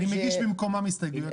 אני מגיש במקומן הסתייגויות אחרות.